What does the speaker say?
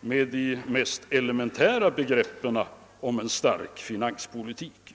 med de mest elementära begreppen om en stark finanspolitik.